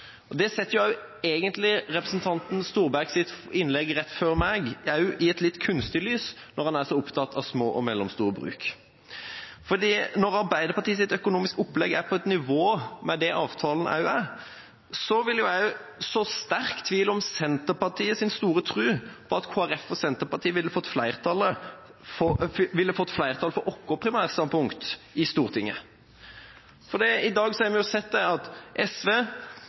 ord. Det setter egentlig representanten Storbergets innlegg rett før meg i et litt kunstig lys, når han er så opptatt av små og mellomstore bruk. Når Arbeiderpartiets økonomiske opplegg er på et nivå med det avtalen er, vil jeg så sterk tvil om Senterpartiets store tro på at Kristelig Folkeparti og Senterpartiet ville fått flertall for sitt primærstandpunkt i Stortinget. I dag har vi sett at SV